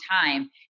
time